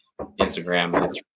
Instagram